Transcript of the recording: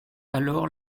alors